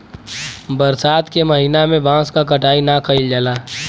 बरसात के महिना में बांस क कटाई ना कइल जाला